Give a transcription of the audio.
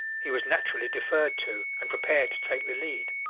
he was naturally deferred to and prepared to take the lead.